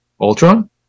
Ultron